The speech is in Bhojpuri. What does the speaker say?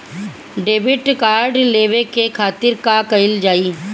डेबिट कार्ड लेवे के खातिर का कइल जाइ?